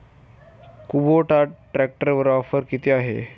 Kubota ट्रॅक्टरवर offer किती आहे?